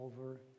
over